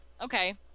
okay